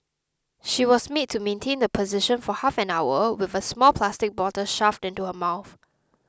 she was made to maintain the position for half an hour with a small plastic bottle shoved into her mouth